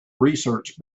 research